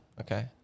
Okay